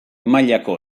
mailako